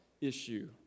issue